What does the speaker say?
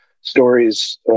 stories